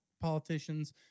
politicians